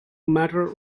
matter